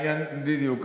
בדיוק.